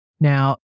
Now